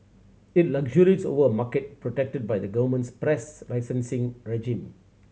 it luxuriates over a market protected by the government's press licensing regime